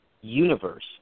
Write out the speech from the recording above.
universe